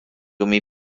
umi